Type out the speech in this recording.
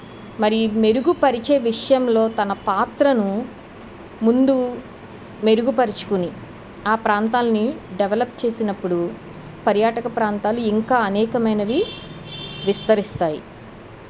మరి మెరుగుపరిచే విషయంలో తన పాత్రను ముందు మెరుగుపరుచుకుని ఆ ప్రాంతాలని డెవలప్ చేసినప్పుడు పర్యాటక ప్రాంతాలు ఇంకా అనేకమైనవి విస్తరిస్తాయి